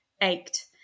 ached